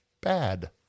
bad